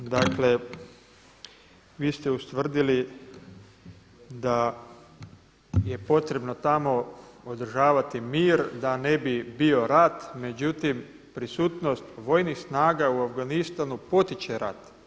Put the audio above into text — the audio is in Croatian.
Dakle vi ste ustvrdili da je potrebno tamo održavati mir da ne bi bio rat međutim prisutnost vojnih snaga u Afganistanu potiče rat.